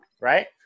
Right